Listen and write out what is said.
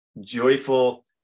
joyful